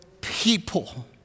people